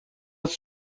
هست